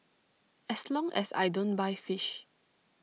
as long as I don't buy fish